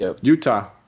Utah